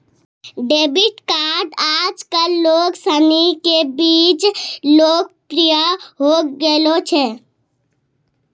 debit card आजकल लोग सनी के बीच लोकप्रिय होए गेलो छै